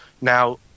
Now